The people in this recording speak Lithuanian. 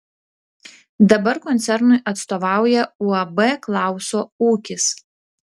dabar koncernui atstovauja uab klauso ūkis